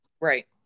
Right